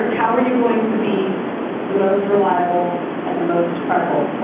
how are you going to be the most reliable and the most credible,